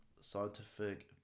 scientific